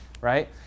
right